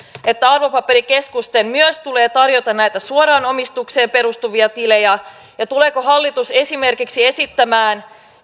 että arvopaperikeskusten myös tulee tarjota näitä suoraan omistukseen perustuvia tilejä tuleeko hallitus esimerkiksi esittämään